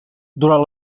durant